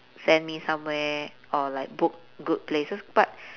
send me somewhere or like book good places but